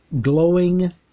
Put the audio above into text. glowing